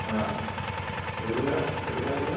ആ എവിടെ നിന്ന് എവിടെ നിന്നായിരുന്നു